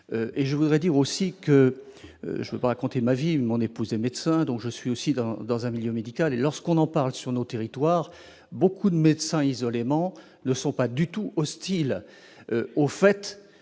et je voudrais dire aussi que je vais pas raconter ma vie, mon épouse est médecin, donc je suis aussi dans un milieu médical et lorsqu'on en parle sur nos territoires, beaucoup de médecins isolés ment ne sont pas du tout hostile au fait de